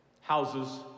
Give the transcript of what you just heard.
houses